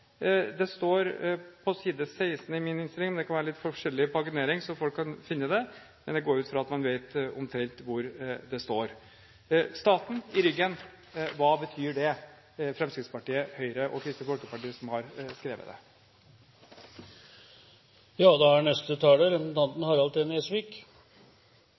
Det står på side 16 i min innstilling – det kan være litt forskjellig paginering – så man kan finne det, men jeg går ut fra at man vet omtrent hvor det står: «med staten i ryggen». Hva betyr det, Fremskrittspartiet, Høyre og Kristelig Folkeparti som har skrevet det? Harald T. Nesvik